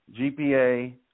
GPA